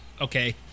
Okay